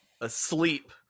asleep